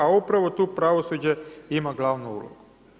A upravo tu pravosuđe ima glavnu ulogu.